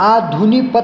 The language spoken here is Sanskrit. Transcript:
आधुनिक पत्